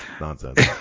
nonsense